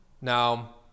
now